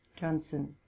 Johnson